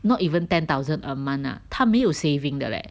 not even ten thousand a month ah 他没有 saving 的 leh